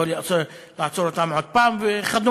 לא לעצור אותם עוד פעם וכדומה.